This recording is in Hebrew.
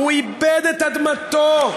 הוא עיבד את אדמתו,